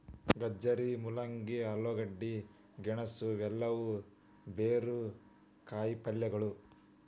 ಗಜ್ಜರಿ, ಮೂಲಂಗಿ, ಆಲೂಗಡ್ಡೆ, ಗೆಣಸು ಇವೆಲ್ಲವೂ ಬೇರು ಕಾಯಿಪಲ್ಯಗಳು